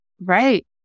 Right